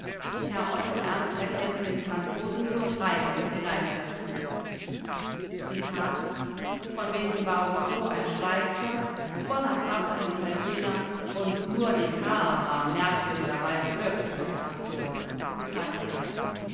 herr otto ernst erkennt den franzosen nur drei große geister zu von denen war rousseau ein schweizer bonaparte ein italiener und nur descartes war merkwürdigerweise wirklich ein franzose